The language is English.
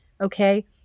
okay